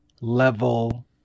level